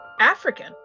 African